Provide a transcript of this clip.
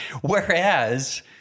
Whereas